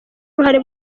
uruhare